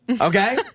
okay